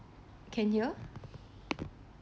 can hear